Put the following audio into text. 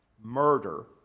murder